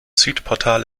südportal